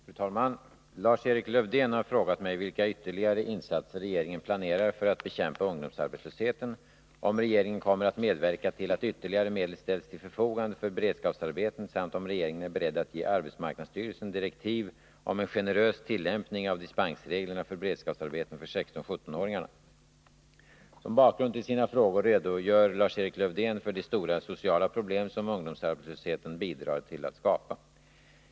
Fru talman! Lars-Erik Lövdén har frågat mig vilka ytterligare insatser regeringen planerar för att bekämpa ungdomsarbetslösheten, om regeringen kommer att medverka till att ytterligare medel ställs till förfogande för beredskapsarbeten samt om regeringen är beredd att ge arbetsmarknadsstyrelsen direktiv om en generös tillämpning av dispensreglerna för beredskapsarbeten för 16-17-åringarna. Som bakgrund till sina frågor redogör Lars-Erik Lövdén för de stora sociala problem som ungdomsarbetslösheten bidrar till att skapa.